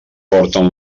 porten